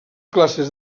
classes